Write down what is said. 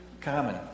common